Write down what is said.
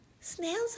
Snails